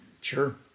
Sure